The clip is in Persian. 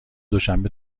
دوشنبه